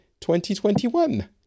2021